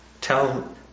tell